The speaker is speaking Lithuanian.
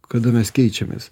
kada mes keičiamės